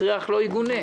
הכרח לא יוגנה,